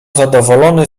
zadowolony